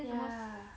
ya